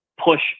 push